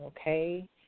okay